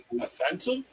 offensive